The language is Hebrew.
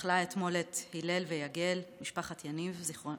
שעובדים לילות כימים בתנאים מאוד קשים.